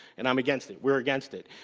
and i'm against it. we're against it.